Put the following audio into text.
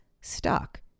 stuck